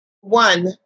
one